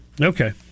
Okay